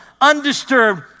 undisturbed